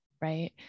right